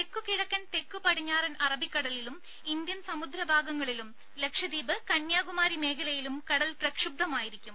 തെക്ക്കിഴക്കൻ തെക്ക് പടിഞ്ഞാറൻ അറബിക്കടലിലും ഇന്ത്യൻ സമുദ്രഭാഗങ്ങളിലും ലക്ഷദ്വീപ് കന്യാകുമാരി മേഖലയിലും കടൽ പ്രക്ഷുബ്ധമായിരിക്കും